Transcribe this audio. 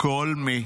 כל מי